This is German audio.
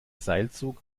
seilzug